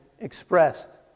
expressed